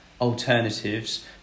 alternatives